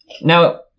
now